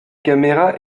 caméra